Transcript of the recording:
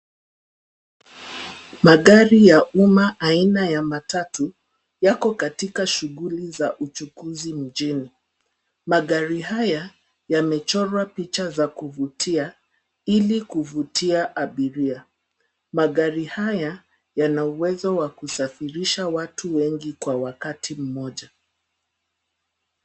Magari ya umma aina ya matatu yako katika shughuli ya uchukuzi mjini. Magari haya yamechorwa picha za kuvutia ili kuvutia abiria. Magari haya yana uwezo wa kusafirisha watu wengi kwa wakati mmoja.